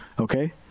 Okay